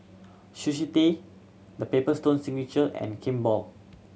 Sushi Tei The Paper Stone Signature and Kimball